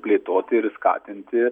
plėtoti ir skatinti